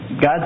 God